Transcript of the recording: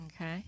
okay